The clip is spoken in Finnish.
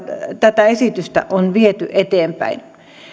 tätä esitystä on viety eteenpäin